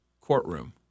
courtroom